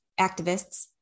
activists